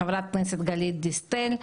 חברת הכנסת גלית דיסטל,